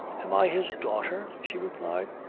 am i his daughter? she replied,